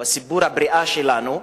או סיפור הבריאה שלנו,